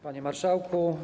Panie Marszałku!